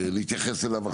להתייחס אליו עכשיו.